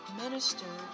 minister